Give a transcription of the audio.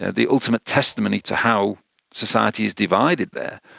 and the ultimate testimony to how society is divided there.